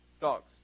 Dogs